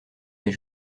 des